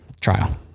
trial